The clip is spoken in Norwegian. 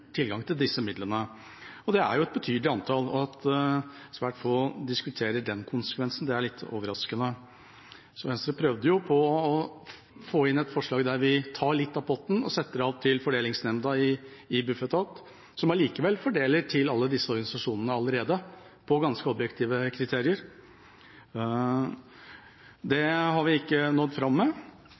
tilgang til disse midlene. Det er jo et betydelig antall, og at svært få diskuterer den konsekvensen, er litt overraskende. Venstre prøvde på å få inn et forslag der vi tar litt av potten og setter av til fordelingsnemnda i Bufetat, som allikevel fordeler til alle disse organisasjonene allerede på ganske objektive kriterier. Det har vi ikke nådd fram med,